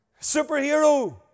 Superhero